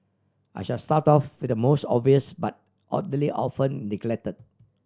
I shall start off with the most obvious but oddly often neglected